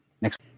next